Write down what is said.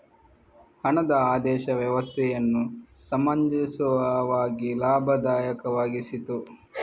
ಹಣದ ಆದೇಶ ವ್ಯವಸ್ಥೆಯನ್ನು ಸಮಂಜಸವಾಗಿ ಲಾಭದಾಯಕವಾಗಿಸಿತು